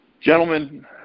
Gentlemen